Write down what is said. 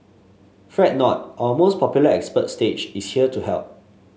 fret not our most popular expert stage is here to help